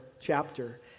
chapter